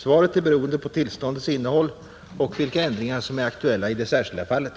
Svaret är beroende på tillståndets innehåll och vilka ändringar som är aktuella i det särskilda fallet.